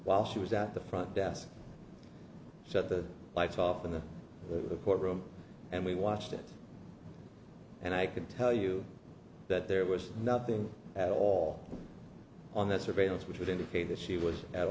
while she was at the front desk set the lights off in the court room and we watched it and i can tell you that there was nothing at all on that surveillance which would indicate that she was at